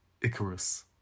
Icarus